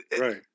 Right